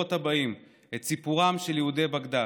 לדורות הבאים את סיפורם של יהודי בגדאד,